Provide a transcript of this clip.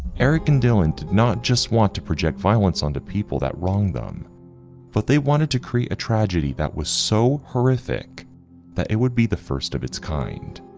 eric and dylan did not just want to project violence on to people that wronged them, but they wanted to create a tragedy that was so horrific that it would be the first of its kind.